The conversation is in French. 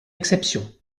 exception